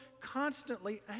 constantly